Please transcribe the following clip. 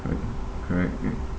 correct correct